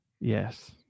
Yes